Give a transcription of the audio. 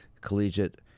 collegiate